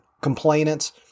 complainants